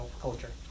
culture